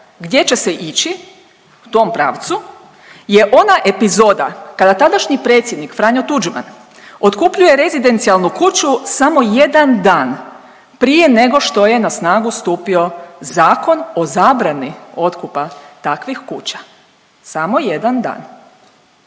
gdje će se ići u tom pravcu je ona epizoda kada tadašnji predsjednik Franjo Tuđman otkupljuje rezidencijalnu kuću samo jedan dan prije nego što je na snagu stupio Zakon o zabrani otkupa takvih kuća, samo jedan dan.